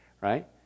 right